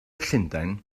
llundain